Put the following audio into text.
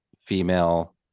female